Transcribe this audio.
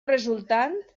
resultant